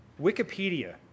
Wikipedia